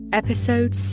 episode